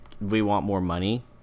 we-want-more-money